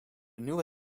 nieuwe